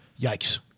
Yikes